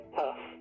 tough